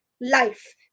life